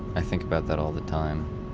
i think about that all the time